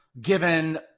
Given